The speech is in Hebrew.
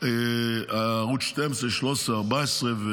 ובין ערוץ 12, 13 ו-14.